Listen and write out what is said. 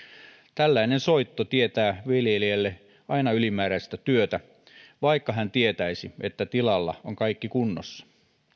tällainen soitto tietää viljelijälle aina ylimääräistä työtä vaikka hän tietäisi että tilalla on kaikki kunnossa